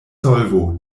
solvo